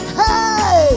hey